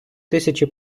тисячі